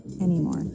anymore